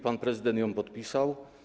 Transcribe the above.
Pan prezydent ją podpisał.